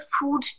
food